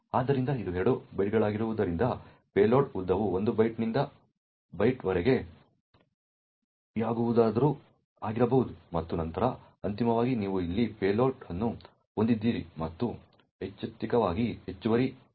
ಆದ್ದರಿಂದ ಇದು 2 ಬೈಟ್ಗಳಾಗಿರುವುದರಿಂದ ಪೇಲೋಡ್ ಉದ್ದವು 1 ಬೈಟ್ನಿಂದ 216 1 ಬೈಟ್ವರೆಗೆ ಯಾವುದಾದರೂ ಆಗಿರಬಹುದು ಮತ್ತು ನಂತರ ಅಂತಿಮವಾಗಿ ನೀವು ಇಲ್ಲಿ ಪೇಲೋಡ್ ಅನ್ನು ಹೊಂದಿದ್ದೀರಿ ಮತ್ತು ಐಚ್ಛಿಕವಾಗಿ ಹೆಚ್ಚುವರಿ ಪ್ಯಾಡಿಂಗ್ ಅನ್ನು ಸೇರಿಸಲಾಗುತ್ತದೆ